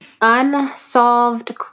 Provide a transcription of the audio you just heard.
unsolved